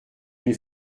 une